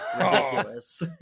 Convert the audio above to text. ridiculous